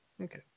Okay